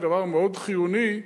יש דבר מאוד חיוני,